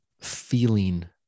feeling